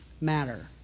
matter